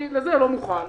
אני לזה לא מוכן.